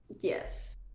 Yes